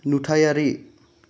नुथायारि